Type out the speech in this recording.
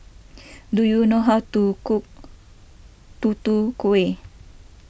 do you know how to cook Tutu Kueh